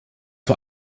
vor